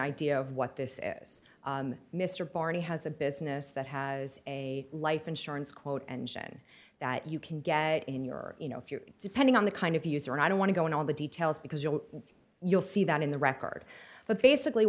idea of what this is mr barney has a business that has a life insurance quote engine that you can get in your you know if you're depending on the kind of user and i don't want to go in on the details because you know you'll see that in the record but basically